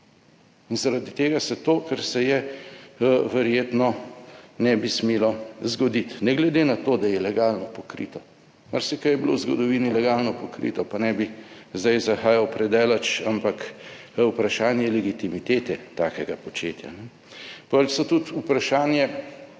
In zaradi tega se to, kar se je, verjetno ne bi smelo zgoditi, ne glede na to, da je legalno pokrito. Marsikaj je bilo v zgodovini legalno pokrito, pa ne bi zdaj zahajal predaleč, ampak vprašanje legitimitete takega početja. Potem so tudi vprašanje